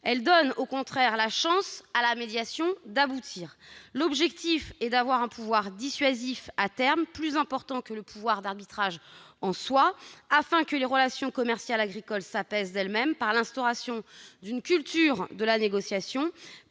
Cela donne au contraire à la médiation une chance d'aboutir. L'objectif est d'avoir un pouvoir dissuasif à terme plus important que le pouvoir d'arbitrage en soi, afin que les relations commerciales agricoles s'apaisent d'elles-mêmes par l'instauration d'une culture de la négociation